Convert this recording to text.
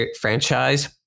franchise